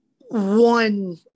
one